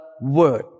Word